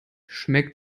schmeckt